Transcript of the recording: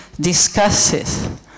discusses